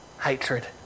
hatred